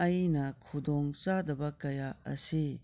ꯑꯩꯅ ꯈꯨꯗꯣꯡꯆꯥꯗꯕ ꯀꯥꯌ ꯑꯁꯤ